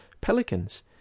pelicans